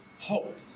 hope